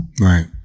Right